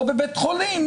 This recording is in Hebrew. או בבית חולים,